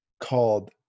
called –